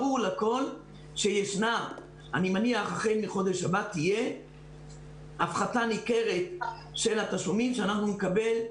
אני מניח שהחל מהחודש הבא תהיה הפחתה ניכרת של התשלומים שאנחנו נקבל,